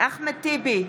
אחמד טיבי,